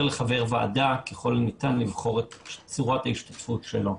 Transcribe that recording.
לחבר ועדה ככל הניתן לבחור את צורת ההשתתפות שלו.